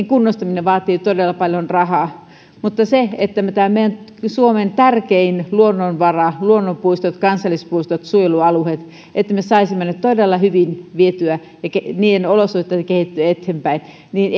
kunnostaminen vaatii todella paljon rahaa mutta ei se että me saisimme tätä meidän suomen tärkeintä luonnonvaraa luonnonpuistot kansallispuistot suojelualueet todella hyvin vietyä ja niitä olosuhteita kehitettyä eteenpäin